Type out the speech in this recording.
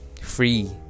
free